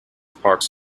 parks